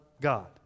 God